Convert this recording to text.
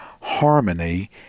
harmony